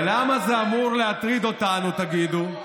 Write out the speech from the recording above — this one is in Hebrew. ולמה זה אמור להטריד אותנו, תגידו?